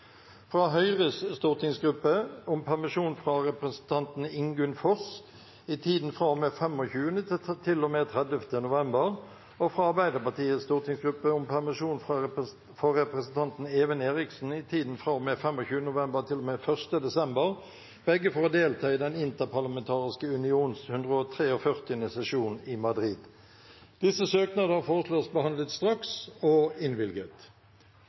fra Høyres stortingsgruppe om permisjon for representanten Ingunn Foss i tiden fra og med 25. til og med 30. november og fra Arbeiderpartiets stortingsgruppe om permisjon for representanten Even Eriksen i tiden fra og med 25. november til og med 1. desember – begge for å delta i den interparlamentariske unions 143. sesjon i Madrid Disse søknader foreslås behandlet straks og innvilget.